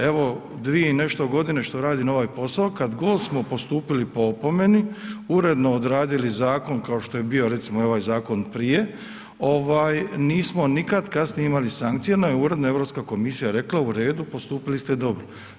Evo dvije i nešto godine što radim ovaj posao kada god smo postupili po opomeni, uredno odradili zakon kao što je bio recimo ovaj zakon prije, nismo nikad kasnije imali sankcije jer nam je uredno Europska komisija rekla uredu postupili ste dobro.